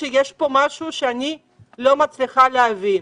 שיש פה משהו שאנחנו לא מצליחים להבין.